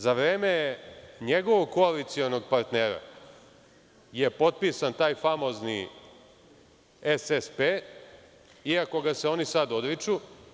Za vreme njegovog koalicionog partnera je potpisan taj famozni SSP, iako ga se oni sada odriču.